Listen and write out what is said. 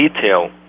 detail